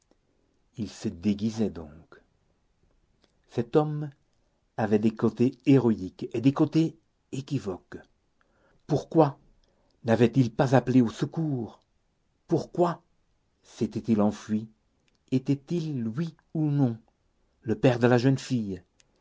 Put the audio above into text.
il se déguisait donc cet homme avait des côtés héroïques et des côtés équivoques pourquoi n'avait-il pas appelé au secours pourquoi s'était-il enfui était-il oui ou non le père de la jeune fille